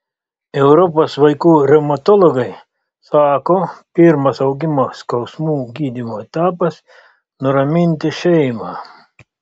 europos vaikų reumatologai sako pirmas augimo skausmų gydymo etapas nuraminti šeimą